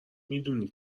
میدونی